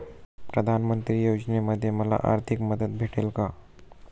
प्रधानमंत्री योजनेमध्ये मला आर्थिक मदत भेटेल का?